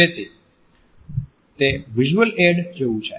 તેથી તે visual aid જેવું છે